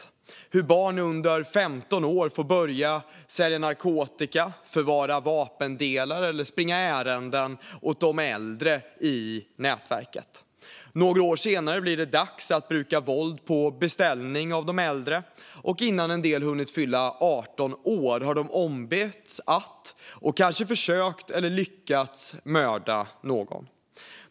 Vi ser hur barn under 15 år får börja sälja narkotika, förvara vapendelar eller springa ärenden åt de äldre i nätverket. Några år senare blir det dags att bruka våld på beställning av de äldre, och innan en del hunnit fylla 18 har de ombetts att, och kanske försökt eller lyckats, mörda någon.